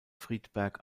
friedberg